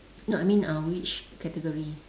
no I mean uh which category